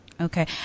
Okay